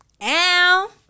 Ow